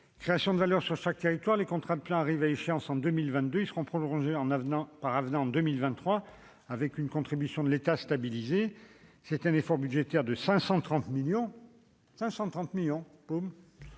création de valeur dans chaque territoire. Les contrats de plan arrivent à échéance en 2022. Ils seront prolongés par avenant en 2023, avec une contribution stabilisée de l'État. C'est tout de même un effort budgétaire de 530 millions